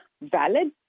valid